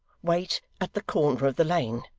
wait at the corner of the lane